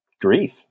grief